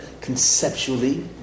conceptually